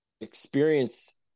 experience